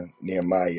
Nehemiah